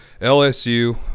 LSU